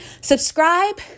subscribe